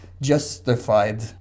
justified